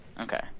Okay